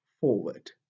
forward